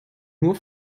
nun